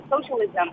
socialism